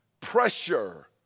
pressure